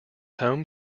home